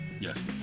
yes